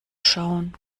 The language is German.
schauen